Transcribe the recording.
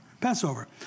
Passover